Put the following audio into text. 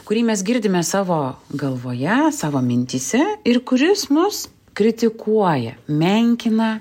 kurį mes girdime savo galvoje savo mintyse ir kuris mus kritikuoja menkina